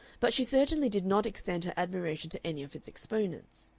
but she certainly did not extend her admiration to any of its exponents.